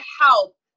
help